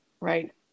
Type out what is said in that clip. right